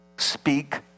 speak